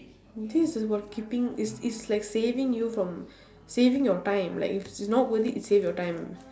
this is what keeping it's it's like saving you from saving your time like if she's not worth it save your time